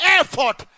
effort